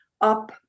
up